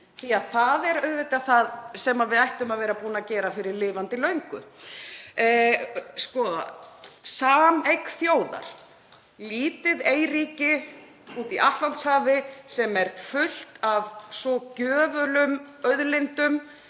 því að það er auðvitað það sem við ættum að vera búin að gera fyrir lifandis löngu. Sameign þjóðar — lítið eyríki úti í Atlantshafi sem er fullt af svo gjöfulum auðlindum